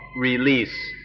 release